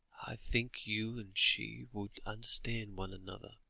i think you and she would understand one another,